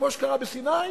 כמו שקרה בסיני?